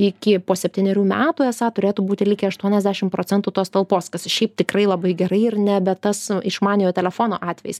iki po septynerių metų esą turėtų būti likę aštuoniasdešim procentų tos talpos kas šiaip tikrai labai gerai ir nebe tas išmaniojo telefono atvejis